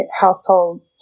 household